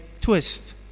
twist